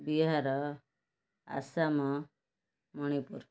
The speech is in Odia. ବିହାର ଆସାମ ମଣିପୁର